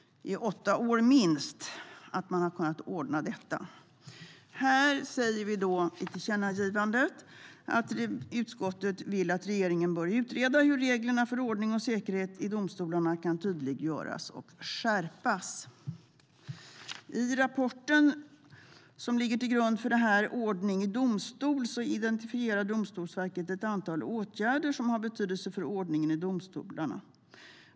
På denna tid hade regeringen kunnat ordna detta. Vi säger i tillkännagivandet att utskottet vill att regeringen utreder hur reglerna för ordning och säkerhet kan tydliggöras och skärpas. I rapporten Ordning i domstol - Förutsättningar och arbetsformer som ligger till grund för detta identifierar Domstolsverket ett antal åtgärder som har betydelse för ordningen i domstol.